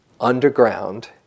underground